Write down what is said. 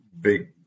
big